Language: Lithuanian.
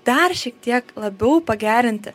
dar šiek tiek labiau pagerinti